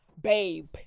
babe